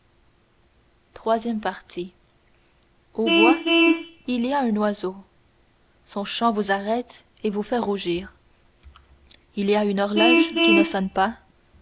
iii au bois il y a un oiseau son chant vous arrête et vous fait rougir il y a une horloge qui ne sonne pas